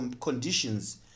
conditions